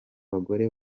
bagore